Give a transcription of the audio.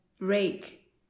break